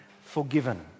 forgiven